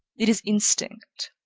it is instinct